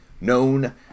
known